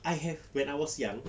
I have when I was young